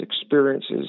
experiences